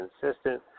consistent